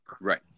Right